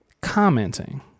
commenting